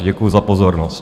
Děkuji za pozornost.